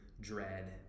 dread